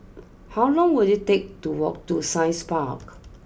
how long will it take to walk to Science Park